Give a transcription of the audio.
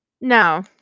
No